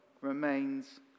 remains